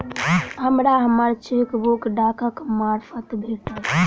हमरा हम्मर चेकबुक डाकक मार्फत भेटल